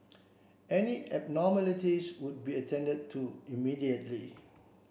any abnormalities would be attended to immediately